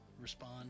respond